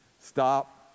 stop